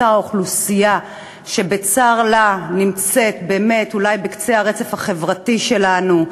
לאותה אוכלוסייה שבצר לה נמצאת אולי בקצה הרצף החברתי שלנו,